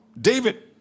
David